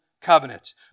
Covenant